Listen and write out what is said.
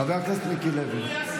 חבר הכנסת מיקי לוי,